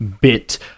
bit